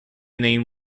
name